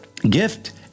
Gift